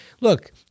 look